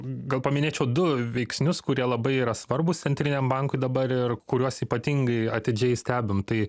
gal paminėčiau du veiksnius kurie labai yra svarbūs centriniam bankui dabar ir kuriuos ypatingai atidžiai stebim tai